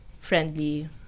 friendly